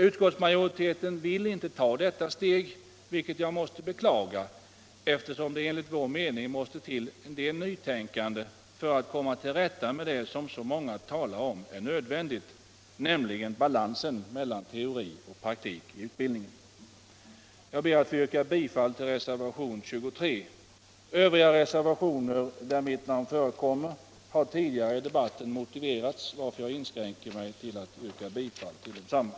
Utskottsmajoriteten vill inte ta detta steg vilket jag måste beklaga, eftersom det enligt vår mening måste till en del nytänkande för att komma till rätta med det som så många talar om som nödvändigt, nämligen balansen mellan teori och praktik i utbildningen. Jag ber att få yrka bifall till reservationen 23. Övriga reservationer där mitt namn förekommer har tidigare i debatten motiverats, varför jag inskränker mig till att yrka bifall till desamma.